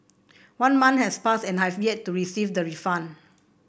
one month has passed and I have yet to receive the refund